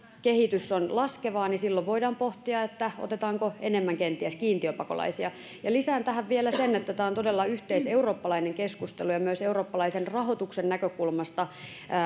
kehitys on laskevaa niin silloin voidaan pohtia otetaanko enemmän kenties kiintiöpakolaisia lisään tähän vielä sen että tämä on todella yhteiseurooppalainen keskustelu myös eurooppalaisen rahoituksen näkökulmasta